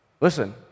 Listen